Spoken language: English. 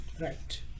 right